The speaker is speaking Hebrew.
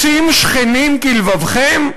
רוצים שכנים כלבבכם?